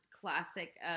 classic